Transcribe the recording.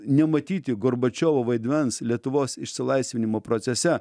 nematyti gorbačiovo vaidmens lietuvos išsilaisvinimo procese